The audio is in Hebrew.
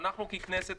אנחנו ככנסת,